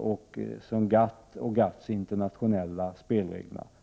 och kring GATT:s internationella spelregler.